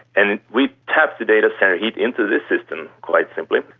and we tap the data centre heat into this system, quite simply,